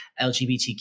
LGBTQ